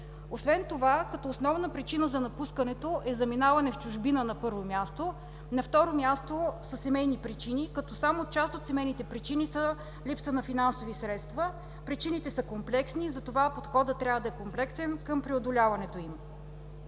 пети до 12 клас. Основна причина за напускането е заминаване в чужбина, на първо място. На второ място, са семейни причини, като само част от семейните причини са липса на финансови средства. Причините са комплексни и затова подходът трябва да е комплексен към преодоляването им.